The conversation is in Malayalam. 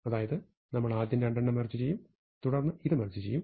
അതായത് നമ്മൾ ആദ്യം രണ്ടെണ്ണം മെർജ് ചെയ്യും തുടർന്ന് ഇത് മെർജ് ചെയ്യും